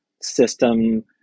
system